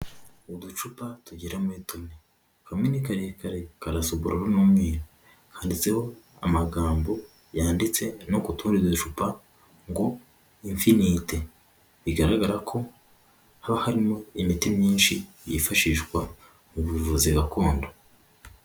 Uducupa tugira muri tune kamwe ni karekare, karasa ubururu n'umweru, handitseho amagambo yanditse no kutundi ducupa ngo infinite, bigaragara ko haba harimo imiti myinshi yifashishwa mu buvuzi gakondo.